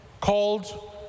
called